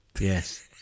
yes